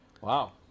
Wow